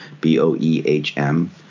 B-O-E-H-M